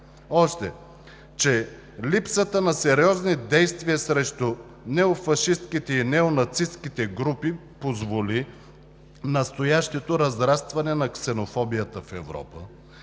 още, че липсата на сериозни действия срещу неофашистките и неонацистките групи позволи настоящото разрастване на ксенофобията в Европа,